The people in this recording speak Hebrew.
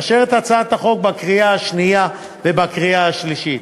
לאשר את הצעת החוק בקריאה שנייה ובקריאה שלישית.